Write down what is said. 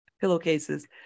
pillowcases